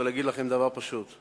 ולהגיד לכם דבר פשוט.